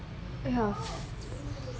off